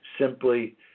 simply